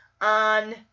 on